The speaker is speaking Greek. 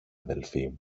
αδελφή